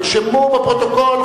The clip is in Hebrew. נרשמו בפרוטוקול.